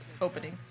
opening